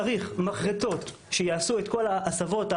צריך מחרטות שיעשו את כל ההסבות,